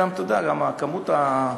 אתה יודע, גם כמות,